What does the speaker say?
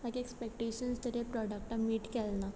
म्हागे एक्सपेक्टेशन तरी ह्या प्रोडक्टान मीट केल ना